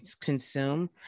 consume